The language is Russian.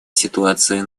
ситуации